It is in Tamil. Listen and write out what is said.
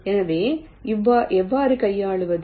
எனவே எவ்வாறு கையாளுவது